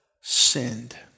sinned